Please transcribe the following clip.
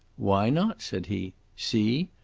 why not? said he. see!